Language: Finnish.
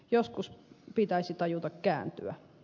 joskus pitäisi tajuta kääntyä